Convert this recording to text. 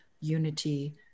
unity